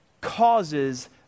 causes